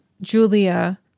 Julia